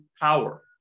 power